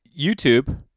YouTube